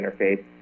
interface